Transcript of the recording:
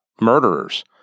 murderers